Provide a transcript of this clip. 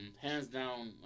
hands-down